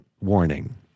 warning